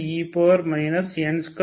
unxtAne n222L2t